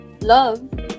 love